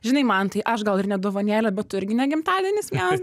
žinai mantai aš gal ir ne dovanėlė bet tu irgi ne gimtadienis vienas